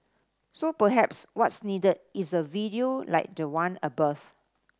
so perhaps what's needed is a video like the one above